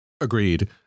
agreed